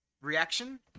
Reaction